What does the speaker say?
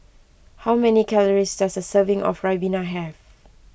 how many calories does a serving of Ribena have